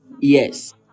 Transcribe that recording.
Yes